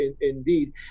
indeed